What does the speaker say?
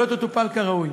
והיא לא תטופל כראוי.